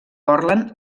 portland